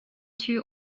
two